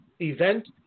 event